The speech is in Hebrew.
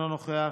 אינו נוכח,